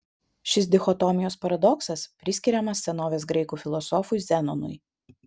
šis dichotomijos paradoksas priskiriamas senovės graikų filosofui zenonui